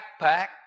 backpack